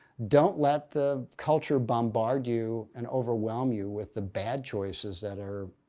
don't let the culture bombard you and overwhelm you with the bad choices that are.